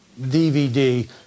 DVD